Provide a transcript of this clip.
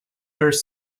bears